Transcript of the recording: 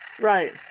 right